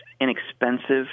inexpensive